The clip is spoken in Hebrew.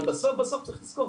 אבל בסוף בסוף צריך לזכור,